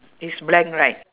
it's blank right